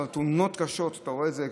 אתה רואה את זה,